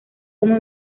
como